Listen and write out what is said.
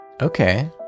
Okay